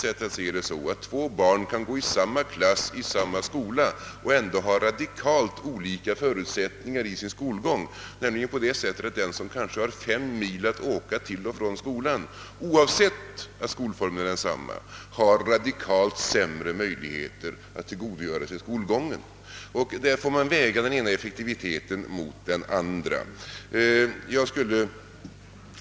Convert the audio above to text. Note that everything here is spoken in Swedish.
Som jag ser det kan två barn gå i samma klass i samma skola och trots detta ha radikalt olika förutsättningar för sin skolgång. Om den ene eleven har fem mil att resa fram och tillbaka till skolan har han — oavsett att skolformen är densamma — radikalt sämre möjligheter att tillgodogöra sig undervisningen. Där får man väga effektiviteten av det ena mot det andra.